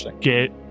get